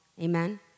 Amen